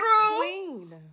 queen